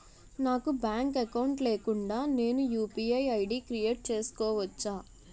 నాకు bank account లేకుండా నేను యు.పి.ఐ ఐ.డి క్రియేట్ చేసుకోవచ్చా?